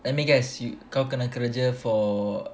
let me guess kau kene kerja for